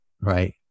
right